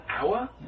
hour